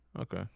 Okay